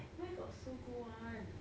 where got so good [one]